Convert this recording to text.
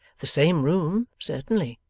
the same room certainly,